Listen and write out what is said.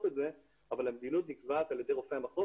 את זה אבל המדיניות נקבעת על ידי רופאי המחוז,